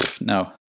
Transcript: no